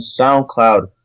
SoundCloud